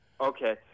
Okay